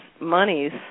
monies